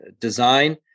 design